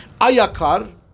Ayakar